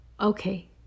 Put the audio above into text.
okay